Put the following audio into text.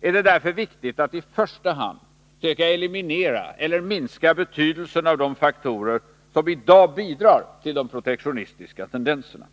är det därför viktigt att i första hand söka eliminera eller minska betydelsen av de faktorer som i dag bidrar till de protektionistiska tendenserna.